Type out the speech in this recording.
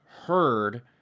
heard